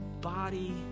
body